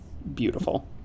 beautiful